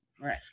Right